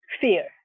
fear